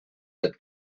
had